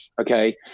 Okay